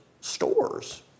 stores